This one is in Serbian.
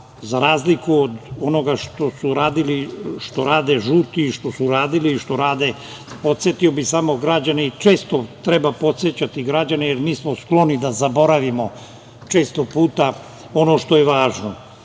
za razliku od onoga što su radili, što rade žuti, što su radili i što rade, podsetio bih samo građane i često treba podsećati građane, jer mi smo skloni da zaboravimo, često puta ono što je